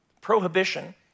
prohibition